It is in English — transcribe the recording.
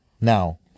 Now